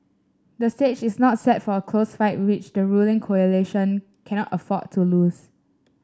the stage is not set for a close fight which the ruling coalition cannot afford to lose